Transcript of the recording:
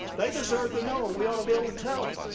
they deserve to know and we ought to be able to tell them.